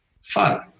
Fun